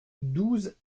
douze